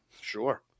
Sure